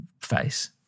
face